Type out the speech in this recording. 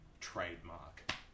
trademark